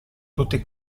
tutti